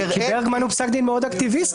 ברגמן הוא פסק דין מאוד אקטיביסטי.